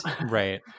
Right